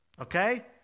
okay